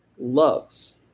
loves